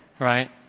right